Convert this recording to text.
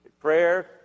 Prayer